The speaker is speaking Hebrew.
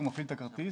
הוא מפעיל את הכרטיס.